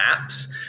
apps